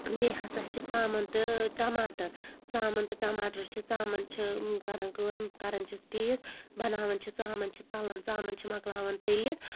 بیٚیہِ ہَسا چھِ ژامَن تہٕ ٹماٹَر ژامَن تہٕ ٹَماٹَر چھِ ژامَن چھِ کَرَان کٲم کَرَان چھِس پیٖس بَناوَان چھِ ژامَن چھِ تَلَن ژامَن چھِ مۄکلاوَان تٔلِتھ